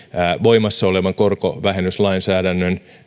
voimassa olevan korkovähennyslainsäädännön